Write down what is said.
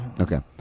Okay